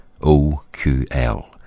OQL